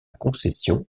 concession